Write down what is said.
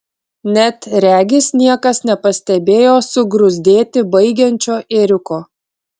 net regis niekas nepastebėjo sugruzdėti baigiančio ėriuko